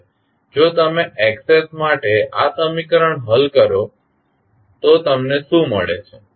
હવે જો તમે Xs માટે આ સમીકરણ હલ કરો તો તમને શું મળે છે